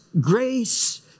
grace